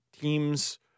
teams